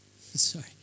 sorry